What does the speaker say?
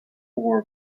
four